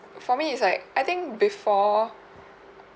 for me it's like I think before